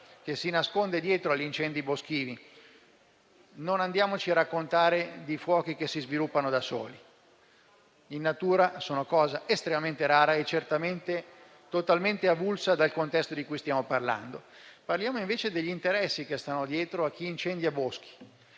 che si nasconde dietro agli incendi boschivi. Non raccontiamoci che i fuochi si sviluppano da soli, perché tale fenomeno in natura è cosa estremamente rara e certamente totalmente avulsa dal contesto di cui stiamo parlando. Parliamo invece degli interessi che stanno dietro a chi incendia boschi,